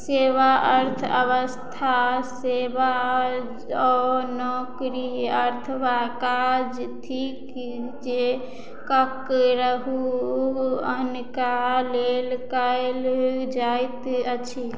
सेवा अर्थ अवस्था सेबा ओ नोकरी अथवा काज थीक जे ककरहु अनका लेल कयल जाइत अछि